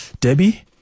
Debbie